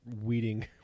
weeding